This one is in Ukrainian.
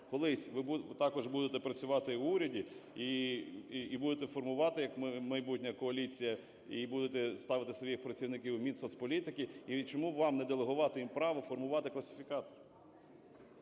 колись ви також будете працювати в уряді і будете формувати як майбутня коаліція, і будете ставити своїх працівників в Мінсоцполітики, і чому б вам не делегувати їм право формувати класифікатор?